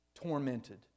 tormented